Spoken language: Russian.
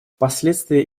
последствия